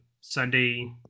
Sunday